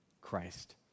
Christ